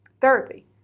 therapy